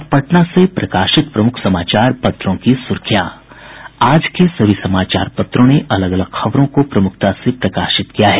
अब पटना से प्रकाशित प्रमुख समाचार पत्रों की सुर्खियां आज के सभी समाचार पत्रों ने अलग अलग खबरों को प्रमुखता से प्रकाशित किया है